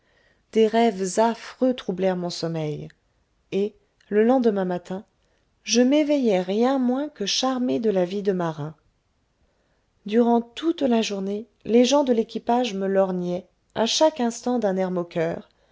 des rêves affreux troublèrent mon sommeil et le lendemain matin je m'éveillai rien moins que charmé de la vie de marin durant toute la journée les gens de l'équipage me lorgnaient à chaque instant d'un air moqueur